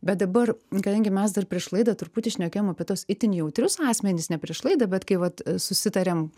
bet dabar kadangi mes dar prieš laidą truputį šnekėjom apie tuos itin jautrius asmenis ne prieš laidą bet kai vat susitarėm